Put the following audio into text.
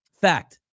Fact